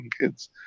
kids